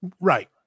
Right